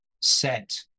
set